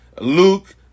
Luke